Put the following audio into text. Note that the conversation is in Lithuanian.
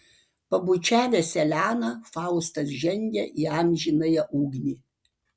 pabučiavęs eleną faustas žengia į amžinąją ugnį